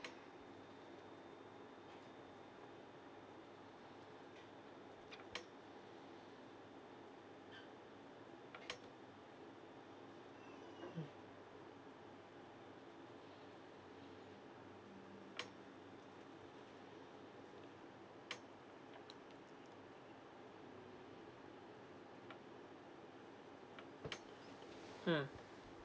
mm mm